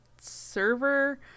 server